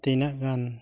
ᱛᱤᱱᱟᱹᱜ ᱜᱟᱱ